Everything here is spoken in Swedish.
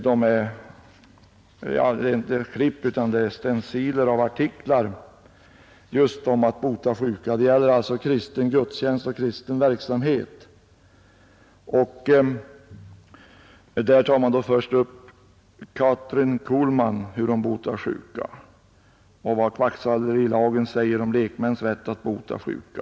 Det är egentligen inte klipp utan stenciler av artiklar just om att bota sjuka. Det gäller alltså kristen gudstjänst och kristen verksamhet. Där tar man först upp hur Kathryn Kuhlman botar sjuka och vad kvacksalverilagen säger om lekmäns rätt att bota sjuka.